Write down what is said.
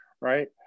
right